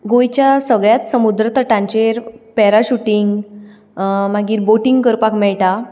गोंयच्या सगळ्याच समुद्र तटांचेर पॅरशुटिंग मागीर बोटिंग करपाक मेळटा